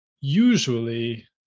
usually